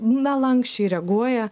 na lanksčiai reaguoja